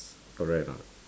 correct or not